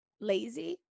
lazy